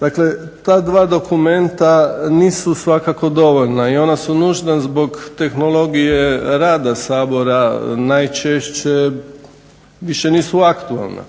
Dakle, ta dva dokumenta nisu svakako dovoljna i ona su nužna zbog tehnologije rada Sabora. Najčešće više nisu aktualna.